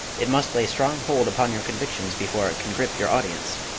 it must lay strong hold upon your convictions before it can grip your audience.